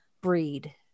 breed